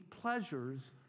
pleasures